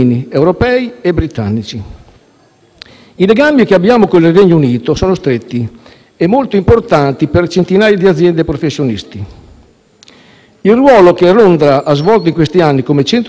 I legami che abbiamo con il Regno Unito sono stretti e molto importanti per centinaia di aziende e professionisti. Il ruolo che Londra ha svolto in questi anni, come centro economico e finanziario di tutta Europa,